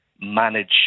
manage